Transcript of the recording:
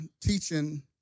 teaching